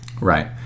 Right